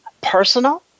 personal